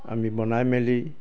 আমি বনাই মেলি